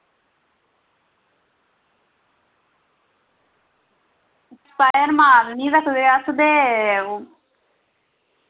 expire माल निं रक्खदे अस ते